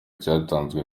cyatanzwe